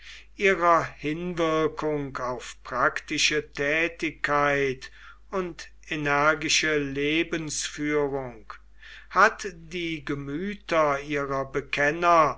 ihrer hinwirkung auf praktische tätigkeit und energische lebensführung hat die gemüter ihrer bekenner